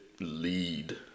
lead